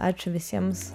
ačiū visiems